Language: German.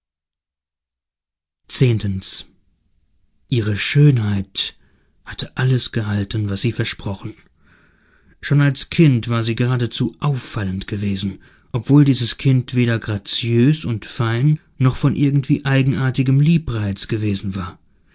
ihre schönheit hatte alles gehalten was sie versprochen schon als kind war sie gradezu auffallend gewesen obwohl dieses kind weder graziös und fein noch von irgendwie eigenartigem liebreiz gewesen war